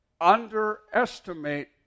underestimate